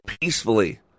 peacefully